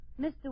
Mr